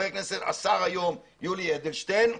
השר היום יולי אדלשטיין.